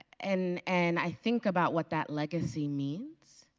and and i think about what that legacy means,